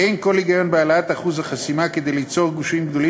אין כל היגיון בהעלאת אחוז החסימה כדי ליצור גושים גדולים